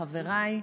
חבריי,